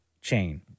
chain